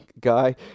guy